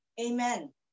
Amen